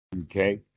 Okay